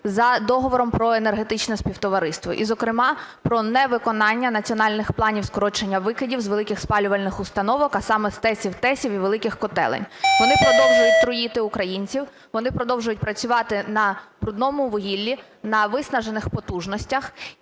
за договором про Енергетичне Співтовариство і, зокрема, про невиконання Національного плану скорочення викидів з великих спалювальних установок, а саме з ТЕЦів, ТЕСів і великих котелень. Вони продовжують труїти українців, вони продовжують працювати на брудному вугіллі, на виснажених потужностях,